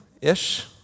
ish